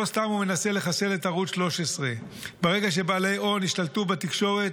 לא סתם הוא מנסה לחסל את ערוץ 13. ברגע שבעלי הון ישלטו בתקשורת,